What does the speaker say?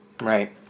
Right